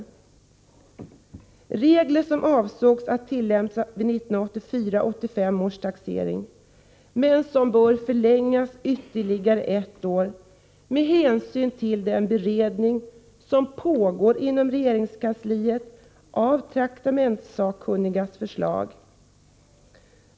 Detta är regler som avsågs bli tillämpade vid 1984 och 1985 års taxeringar, men som bör förlängas ytterligare ett år med hänsyn till den beredning av traktamentssakkunnigas förslag som pågår inom regeringskansliet.